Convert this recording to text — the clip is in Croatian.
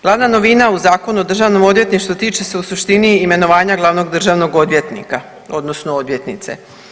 Glavna novina u Zakonu o Državnom odvjetništvu tiče se u suštini imenovanja glavnog državnog odvjetnika odnosno odvjetnice.